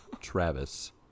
Travis